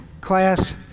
class